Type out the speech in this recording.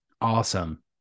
Awesome